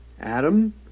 Adam